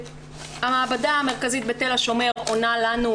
המעבדה המרכזית בתל השומר עונה לנו,